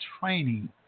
training